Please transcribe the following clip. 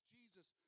Jesus